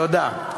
תודה.